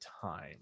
time